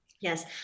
Yes